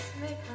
make